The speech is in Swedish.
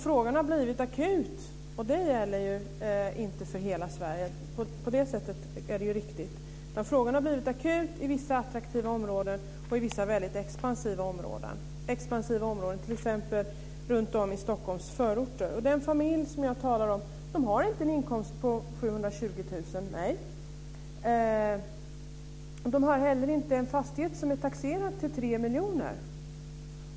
Frågan har blivit akut. Det gäller inte för hela Sverige; på det sättet är det riktigt. Frågan har blivit akut i vissa attraktiva områden och i vissa expansiva områden, t.ex. runtom i Stockholms förorter. Den familj jag talar om har inte en inkomst på 720 000 kr. De har heller inte en fastighet som är taxerad till 3 miljoner.